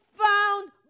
found